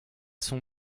son